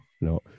no